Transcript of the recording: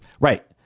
Right